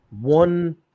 one